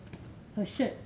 her shirt